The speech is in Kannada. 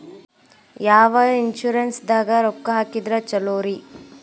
ಯಾವ ಇನ್ಶೂರೆನ್ಸ್ ದಾಗ ರೊಕ್ಕ ಹಾಕಿದ್ರ ಛಲೋರಿ?